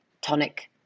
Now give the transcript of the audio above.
tonic